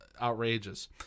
outrageous